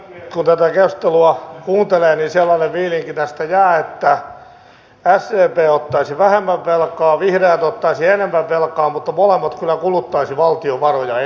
kun tätä keskustelua kuuntelee niin sellainen fiilinki tästä jää että sdp ottaisi vähemmän velkaa vihreät ottaisi enemmän velkaa mutta molemmat kyllä kuluttaisivat valtion varoja enemmän